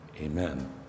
amen